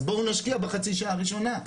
אז בואו נשקיע בחצי השעה הראשונה.